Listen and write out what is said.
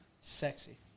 Sexy